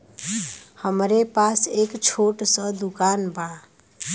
हमरे पास एक छोट स दुकान बा